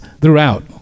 throughout